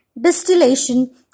distillation